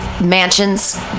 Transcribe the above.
Mansions